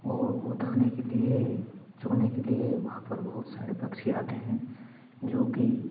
और वह दाने के लिए चुगने के लिए वहाँ पर बहुत सारे पक्षी आते हैं जो कि